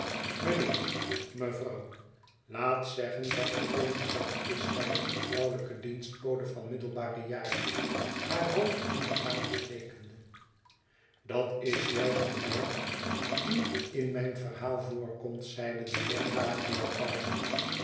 mijnheer mevrouw laat zeggen dat dethee gezet is zeide een vrouwelijke dienstbode van middelbare jaren haar hoofd in de kamer stekende dat is juist de meid die in mijn verhaal voorkomt zeide de heer gabriel parsons